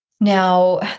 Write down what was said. Now